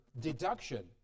deduction